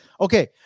Okay